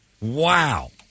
Wow